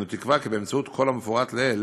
אני מקווים שבאמצעות כל המפורט לעיל